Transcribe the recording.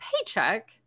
paycheck